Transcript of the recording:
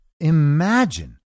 Imagine